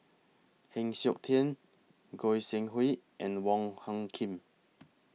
Heng Siok Tian Goi Seng Hui and Wong Hung Khim